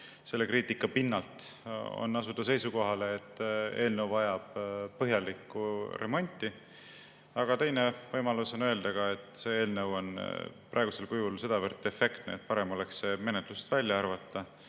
selle kriitika pinnalt asuda seisukohale, et eelnõu vajab põhjalikku remonti, aga teine võimalus on öelda, et see eelnõu on praegusel kujul sedavõrd defektne, et parem oleks see menetlusest välja arvata